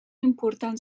important